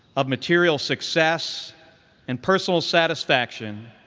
of material success and personal satisfaction?